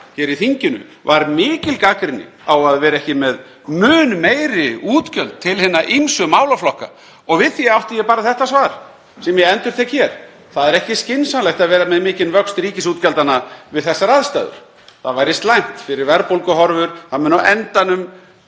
hér í þinginu var mikil gagnrýni á að vera ekki með mun meiri útgjöld til hinna ýmsu málaflokka og við því átti ég bara þetta svar, sem ég endurtek hér: Það er ekki skynsamlegt að vera með mikinn vöxt ríkisútgjalda við þessar aðstæður. Það væri slæmt fyrir verðbólguhorfur. Það mun á endanum